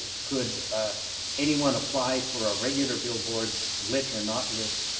could anyone apply for a regular billboard, lit or not lit,